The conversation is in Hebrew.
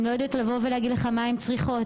הן לא יודעות להגיד מה הן צריכות.